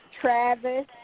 Travis